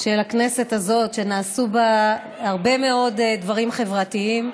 של הכנסת הזאת, שנעשו בה הרבה מאוד דברים חברתיים,